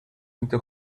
into